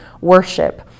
worship